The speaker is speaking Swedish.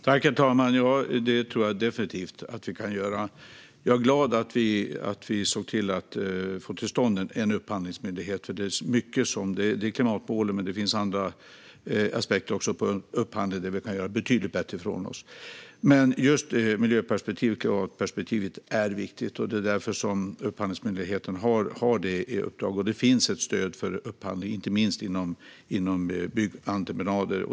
Herr talman! Ja, det tror jag definitivt att vi kan. Jag är glad över att vi såg till att få till stånd en upphandlingsmyndighet. Det handlar inte bara om klimatmålen utan också om andra aspekter av upphandlingar där vi kan göra betydligt bättre ifrån oss. Men just miljö och klimatperspektivet är viktigt, och därför har Upphandlingsmyndigheten detta i uppdrag. Det finns ett stöd för upphandling, inte minst när det gäller byggentreprenader.